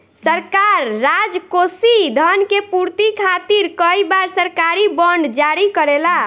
सरकार राजकोषीय धन के पूर्ति खातिर कई बार सरकारी बॉन्ड जारी करेला